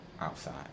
outside